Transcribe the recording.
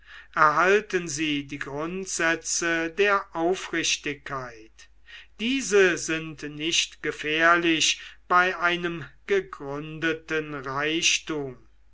erhalten sie die grundsätze der aufrichtigkeit diese sind nicht gefährlich bei einem gegründeten reichtum